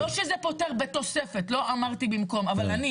לא שזה פוטר, בתוספת, לא אמרתי במקום, אבל אני